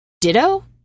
Ditto